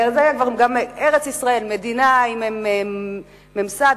ארץ-ישראל, מדינה עם ממסד.